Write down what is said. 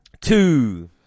Two